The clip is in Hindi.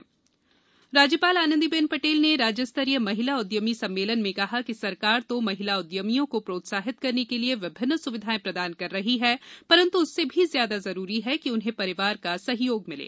उद्यमी सम्मेलन राज्यपाल आनंदीबेन पटेल ने राज्यस्तरीय महिला उद्यमी सम्मेलन में कहा कि सरकार तो महिला उद्यमियों को प्रोत्साहित करने के लिये विभिन्न सुविधायें प्रदान कर रही है परंत् उससे भी ज्यादा जरूरी है कि उन्हें परिवार का सहयोग मिले